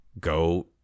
go